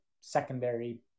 secondary